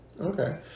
Okay